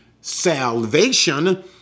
salvation